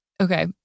Okay